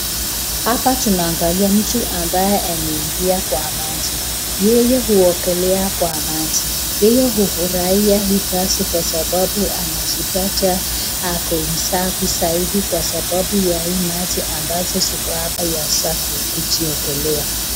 Hapa tunaangalia mtu ambaye amengia ndani kwa maji yeye huogele kwa maji, yeye hufurahia hii kazi kwa sababu anajipata akomsafi zaidi, kwa sababu ya hii maji iko hapa hasa kuogelea.